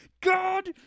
God